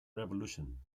revolution